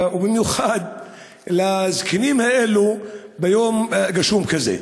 ובמיוחד לזקנים האלו ביום גשום כזה?